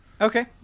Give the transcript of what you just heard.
Okay